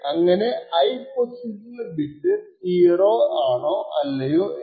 അങ്ങനെ i പൊസിഷനിലുള്ള bit 0 ആണോ അല്ലയോ എന്ന്